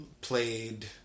played